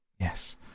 Yes